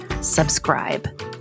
subscribe